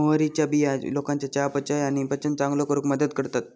मोहरीच्या बिया लोकांच्या चयापचय आणि पचन चांगलो करूक मदत करतत